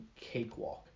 cakewalk